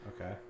okay